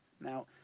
Now